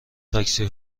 تاکسی